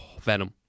venom